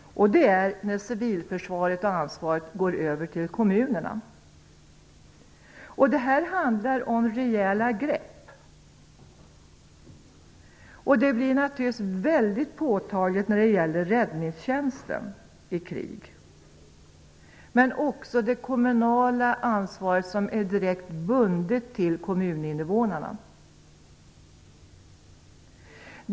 Det är när ansvaret för civilförsvaret går över till kommunerna. Här handlar det om rejäla grepp. Det blir naturligtvis mycket påtagligt när det gäller räddningstjänsten i krig, men även när det gäller det kommunala ansvaret som är direkt bundet till kommuninvånarna.